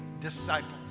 disciple